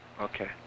Okay